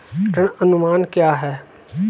ऋण अनुमान क्या है?